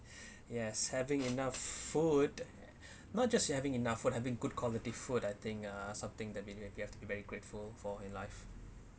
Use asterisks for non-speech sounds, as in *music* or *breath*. *breath* yes having enough food *breath* not just having enough food having good quality food I think uh something that you have you have to be very grateful for in life